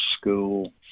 school